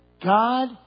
God